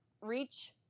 reach